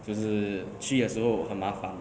就是去也时候很麻烦